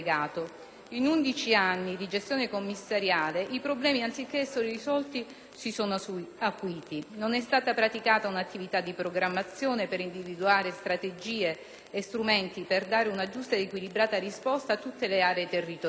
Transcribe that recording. undici anni di gestione commissariale i problemi anziché essere risolti si sono acuiti: non è stata praticata un'attività di programmazione per individuare strategie e strumenti per dare una giusta ed equilibrata risposta a tutte le aree territoriali.